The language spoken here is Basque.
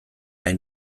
nahi